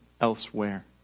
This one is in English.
elsewhere